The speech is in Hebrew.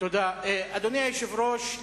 אדוני היושב-ראש,